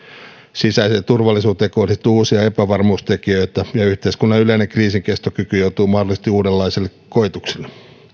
sisäiseen turvallisuuteen kohdistuu uusia epävarmuustekijöitä ja yhteiskunnan yleinen kriisinkestokyky joutuu mahdollisesti uudenlaiselle koetukselle